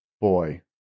boy